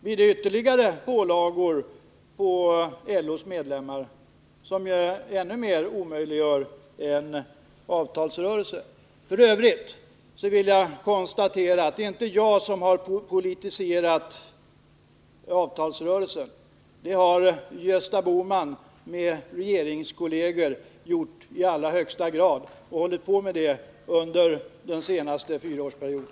Blir det ytterligare pålagor på LO:s medlemmar, vilket ännu mer skulle omöjliggöra en avtalsuppgörelse? F. ö. vill jag slå fast att det inte är jag som har politiserat avtalsrörelsen. Det har Gösta Bohman och hans regeringskolleger i allra högsta grad gjort under den senaste fyraårsperioden.